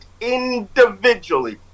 individually